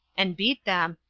and beat them,